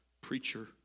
preacher